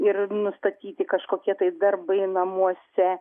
ir nustatyti kažkokie tai darbai namuose